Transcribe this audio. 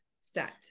set